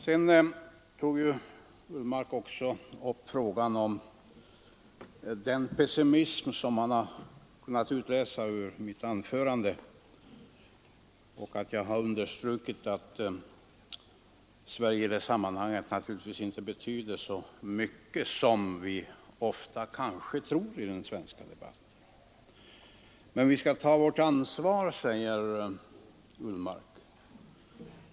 Sedan tog herr Ullsten också upp frågan om den pessimism som han har kunnat utläsa i mitt anförande och att jag har understrukit att Sverige i det här sammanhanget naturligtvis inte betyder så mycket som vi ofta kanske tror i den svenska debatten. Men vi skall ta vårt ansvar, säger herr Ullsten.